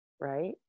Right